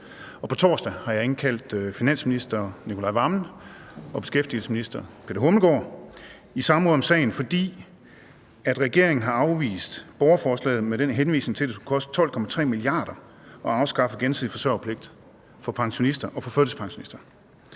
på torsdag har jeg indkaldt finansministeren og beskæftigelsesministeren i samråd om sagen, fordi regeringen har afvist borgerforslaget med henvisning til, at det skulle koste 12,3 mia. kr. at afskaffe gensidig forsørgerpligt for pensionister og for førtidspensionister.